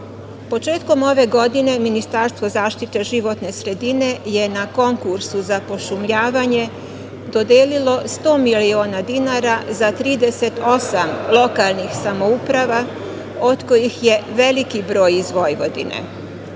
ove godine Ministarstvo zaštite životne sredine je na konkursu za pošumljavanje dodelilo 100 miliona dinara za 38 lokalnih samouprava, od kojih je veliki broj iz Vojvodine.